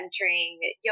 entering